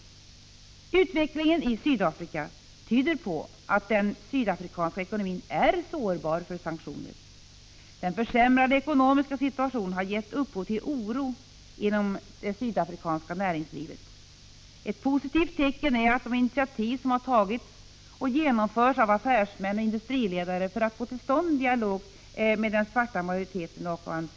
Utvecklingen i Sydafrika tyder på att den sydafrikanska ekonomin är sårbar för sanktioner. Den försämrade ekonomiska situationen har gett upphov till oro inom det sydafrikanska näringslivet. Ett positivt tecken är de initiativ som har tagits och genomförs av affärsmän och industriledare för att få till stånd en dialog med den svarta majoriteten och ANC.